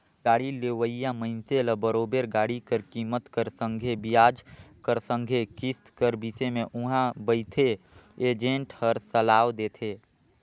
गाड़ी लेहोइया मइनसे ल बरोबेर गाड़ी कर कीमेत कर संघे बियाज कर संघे किस्त कर बिसे में उहां बइथे एजेंट हर सलाव देथे